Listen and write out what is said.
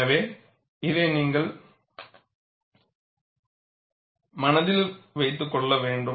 எனவே இதை நீங்கள் மனதில் கொள்ள வேண்டும்